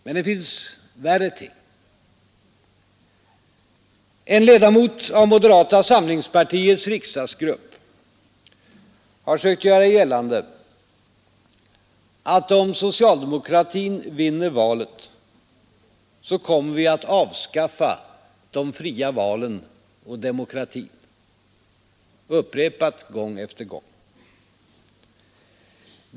Men det finns värre ting: En ledamot av moderata samlingspartiets riksdagsgrupp har sökt göra gällande att om socialdemokratin vinner valet kommer vi att avskaffa de fria valen och demokratin. Han har upprepat det gång efter gång.